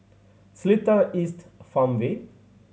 Seletar East Farmway